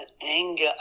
anger